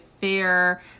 fair